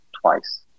twice